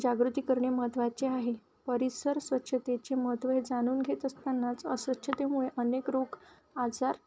जागृती करणे महत्त्वाचे आहे परिसर स्वच्छतेचे महत्त्व हे जाणून घेत असतनाच अस्वच्छतेमुळे अनेक रोग आजार